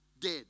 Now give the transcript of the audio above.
dead